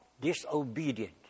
disobedient